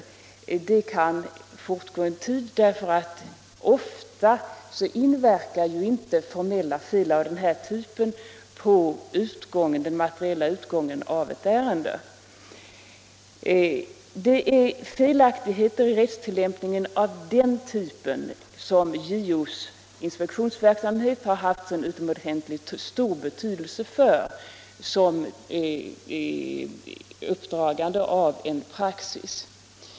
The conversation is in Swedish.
Det kan fortgå en tid, för ofta inverkar inte formella fel av denna typ på den materiella utgången av ett ärende. Det är felaktigheter i rättstillämpningen av denna typ som JO:s inspektionsverksamhet haft utomordentligt stor betydelse för, alltså när det gäller uppdragandet av en praxis.